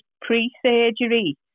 pre-surgery